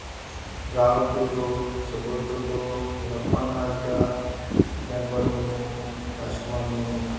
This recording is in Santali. ᱨᱟᱦᱩᱞ ᱴᱩᱰᱩ ᱥᱩᱵᱚᱞ ᱴᱩᱰᱩ ᱞᱚᱠᱠᱷᱚᱱ ᱦᱟᱸᱥᱫᱟ ᱵᱮᱜᱚᱞ ᱢᱩᱨᱢᱩ ᱨᱟᱡᱽ ᱠᱩᱢᱟᱨ ᱢᱩᱨᱢᱩ